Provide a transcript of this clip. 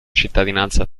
cittadinanza